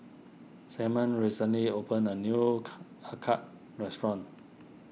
Simeon recently opened a new car Acar restaurant